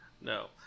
No